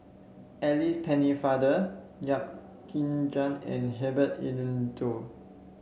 Alice Pennefather Yap Ee Chian and Herbert Eleuterio